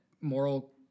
moral